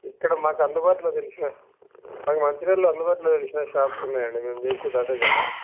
ఇక్కడ మాకు అందుబాటులో తెలిసిన మాకు మంచిర్యాలలో అందుబాటులో తెలిసిన షాప్స్ ఉన్నాయి అండి మేము చేసేది అదే కదా